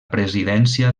presidència